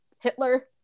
Hitler